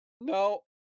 no